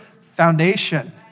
foundation